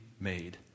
made